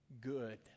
good